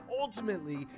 ultimately